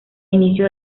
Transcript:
inicio